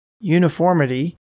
uniformity